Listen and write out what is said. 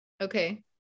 okay